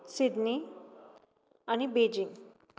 Sydney आनी Beijing